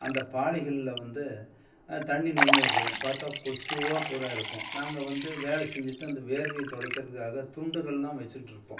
அந்த பாலிகளில் வந்து தண்ணி நின்றிட்ருக்கும் பார்த்தா கொசுவாக பூராக இருக்கும் நாங்கள் வந்து வேலை செஞ்சுட்டு அந்த வேர்வையை துடைக்கிறதுக்காக துண்டுங்களெலாம் வச்சுட்டு இருப்போம்